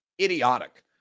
idiotic